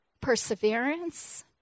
perseverance